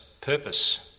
purpose